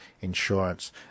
insurance